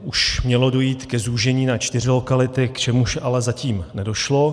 Už mělo dojít k zúžení na čtyři lokality, k čemuž ale zatím nedošlo.